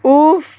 !oof!